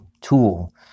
tool